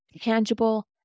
tangible